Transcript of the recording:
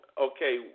okay